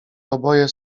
oboje